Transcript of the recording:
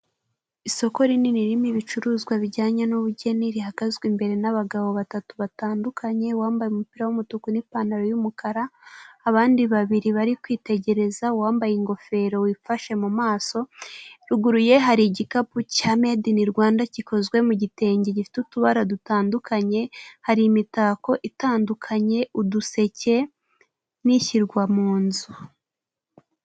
Isoko rinini ririmo ibicuruzwa bijyanye n'ubugeni rihagaze imbere n'abagabo batatu batandukanye, uwambaye umupira wumutuku'ipantaro yumukara abandi babiri bari kwitegereza uwambaye ingofero wifashe mu maso ,ruguru ye hari igikapu cya made in rwanda gikozwe mu gitenge gifite utubara dutandukanye hari imitako itandukanye uduseke n'ishyirwa mu nzu.